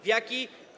W jaki?